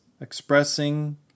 Expressing